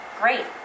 Great